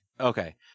Okay